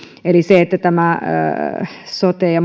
eli siihen että tämän yhteys sote ja